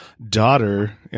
daughter